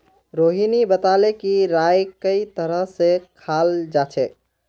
रोहिणी बताले कि राईक कई तरह स खाल जाछेक